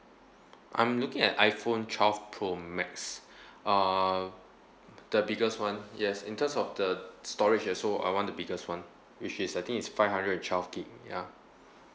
I'm looking at iPhone twelve pro max uh the biggest one yes in terms of the storage ya so I want the biggest one which is I think it's five hundred and twelve gig ya